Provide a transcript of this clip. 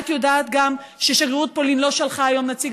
את יודעת גם ששגרירות פולין לא שלחה היום נציג.